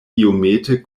iomete